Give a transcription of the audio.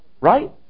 right